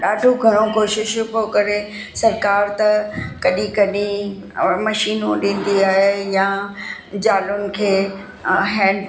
ॾाढो गांव कोशिशियूं पियो करे सरकारि त कॾहिं कॾहिं और मशीनू ॾींदी आहे या जालुनि खे आहिनि